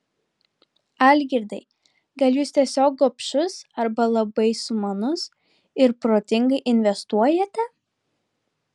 algirdai gal jūs tiesiog gobšus arba labai sumanus ir protingai investuojate